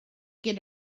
get